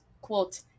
quote